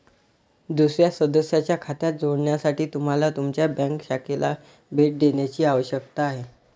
दुसर्या सदस्याच्या खात्यात जोडण्यासाठी तुम्हाला तुमच्या बँक शाखेला भेट देण्याची आवश्यकता आहे